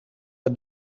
het